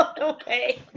Okay